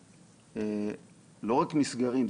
לא רק מסגרים,